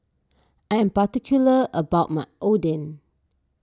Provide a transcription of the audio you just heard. I am particular about my Oden